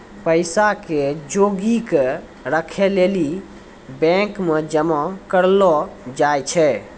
पैसा के जोगी क राखै लेली बैंक मे जमा करलो जाय छै